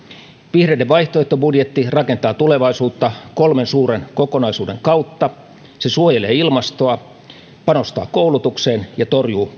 vihreiden vaihtoehtobudjetti rakentaa tulevaisuutta kolmen suuren kokonaisuuden kautta se suojelee ilmastoa panostaa koulutukseen ja torjuu